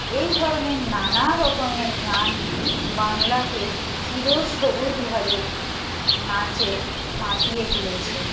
এই ধরনের নানারকমের গান বাংলাকে চিরসবুজভাবে নাচে মাতিয়ে তুলেছে